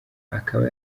akaba